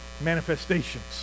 manifestations